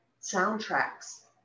soundtracks